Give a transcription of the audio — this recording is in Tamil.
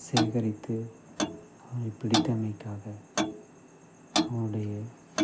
சேகரித்து அவன் பிடித்தமைக்காக அவனுடைய